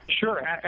Sure